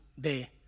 day